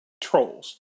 Trolls